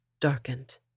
darkened